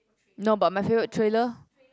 no but my favourite trailer